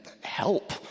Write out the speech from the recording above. help